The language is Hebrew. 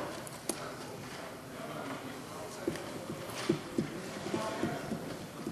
ההצעה להעביר את הנושא לוועדת העבודה, הרווחה